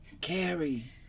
Carrie